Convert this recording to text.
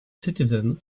citizen